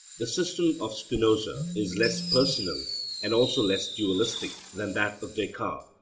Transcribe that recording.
the system of spinoza is less personal and also less dualistic than that of descartes.